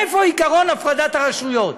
איפה עקרון הפרדת הרשויות?